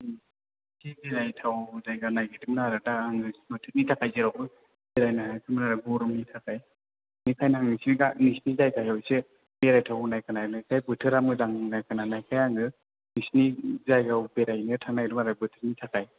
बिदिनो मिलायथाव जायगा नागिरदोंमोन आरो दा आङो बोथोरनि थाखाय जेरावबो बेरायनो हायाखैमोन आरो गरमनि थाखाय बेखायनो आं नोंसिनि जायगायाव एसे बेरायथाव होननाय खोनानायखाय बोथोरा मोजां होनना खोनानायखाय आङो नोंसिनि जायगायाव बेरायहैनो थांनो नागिरदोंमोन आरो बोथोरनि थाखाय